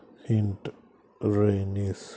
ఇంట్ రైనీస్